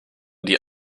die